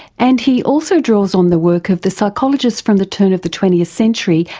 and he also draws on the work of the psychologist from the turn of the twentieth century,